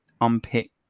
unpick